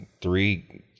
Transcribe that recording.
three